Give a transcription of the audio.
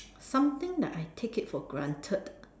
something that I take it for granted